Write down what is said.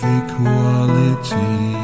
equality